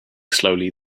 slowly